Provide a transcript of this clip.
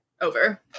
over